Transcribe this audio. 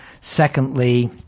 Secondly